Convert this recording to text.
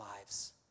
lives